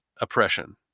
oppression